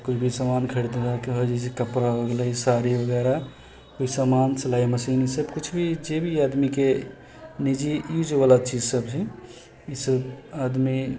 किछु भी समान खरीदैके हो जाइ छै कपड़ा हो गेलै साड़ी वगैरह कोइ समान सिलाइ मशीन ईसब किछु भी जे भी आदमीके निजी यूजवला चीज सब हइ ईसब आदमी